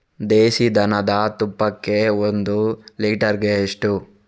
ದೇಸಿ ದನದ ತುಪ್ಪಕ್ಕೆ ಒಂದು ಲೀಟರ್ಗೆ ಎಷ್ಟು?